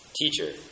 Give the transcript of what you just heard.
Teacher